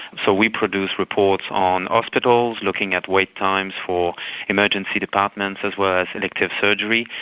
so we produce reports on hospitals, looking at wait times for emergency departments, as well as elective surgery.